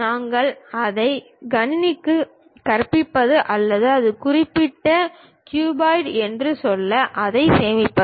நாங்கள் அதை கணினிக்கு கற்பிப்பது அல்லது அது குறிப்பிட்ட க்யூபாய்டு என்று சொல்ல அதை சேமிப்பது